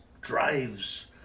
drives